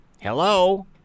Hello